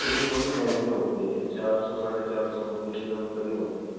یہ تھوڑی مہنگی ہوتی ہے چار سو ساڑھے چار سو روپے کلو کے قریب ہوتی ہے